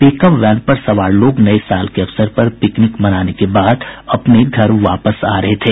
pickup van पर सवार लोग नये साल के अवसर पर पिकनिक मनाने के बाद अपने घर वापस आ रहे थे